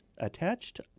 Attached